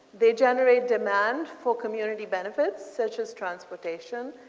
they generate demand for community benefits such as transformation,